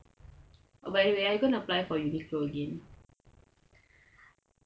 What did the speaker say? oh by the way I go and apply for UNIQLO again